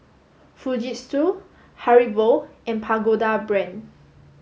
Fujitsu Haribo and Pagoda Brand